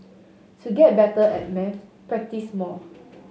to get better at maths practise more